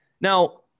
Now